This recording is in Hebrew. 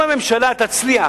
אם הממשלה תצליח,